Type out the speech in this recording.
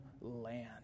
land